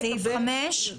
סעיף (5)?